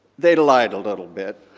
they lied a little bit,